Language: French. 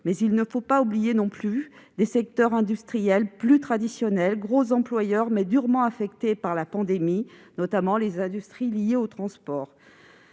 mais il ne faut pas oublier des secteurs industriels plus traditionnels, gros employeurs durement affectés par la pandémie, notamment les industries liées au transport.